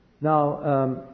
Now